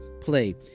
play